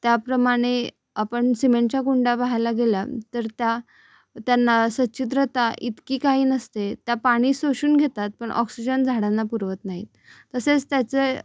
त्याप्रमाणे आपण सिमेंटच्या कुंड्या पहायला गेल्या तर त्या त्यांना सच्छिद्रता इतकी काही नसते त्या पाणी शोषून घेतात पण ऑक्सिजन झाडांना पुरवत नाहीत तसेच त्याचे